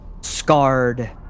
scarred